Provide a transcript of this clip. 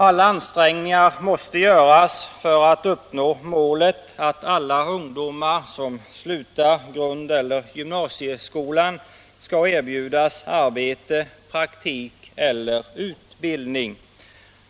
Alla ansträngningar måste göras för att uppnå målet att alla ungdomar som slutar grund eller gymnasieskolan skall erbjudas arbete, praktik eller utbildning.